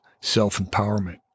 self-empowerment